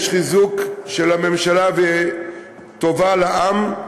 יש חיזוק של הממשלה וטובה לעם,